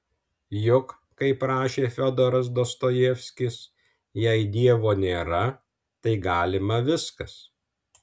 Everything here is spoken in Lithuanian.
juk kaip rašė fiodoras dostojevskis jei dievo nėra tai galima viskas